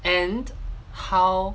and how